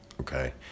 okay